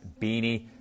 beanie